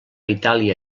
itàlia